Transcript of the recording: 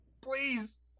Please